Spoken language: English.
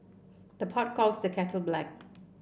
the pot calls the kettle black